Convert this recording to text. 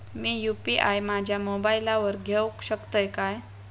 मी UPI माझ्या मोबाईलावर घेवक शकतय काय?